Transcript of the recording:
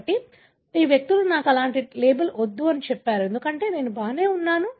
కాబట్టి ఈ వ్యక్తులు నాకు అలాంటి లేబుల్ వద్దు అని చెప్పారు ఎందుకంటే నేను బాగానే ఉన్నాను